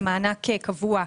למענק קבוע,